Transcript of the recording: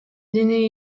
диний